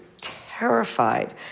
terrified